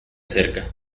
acerca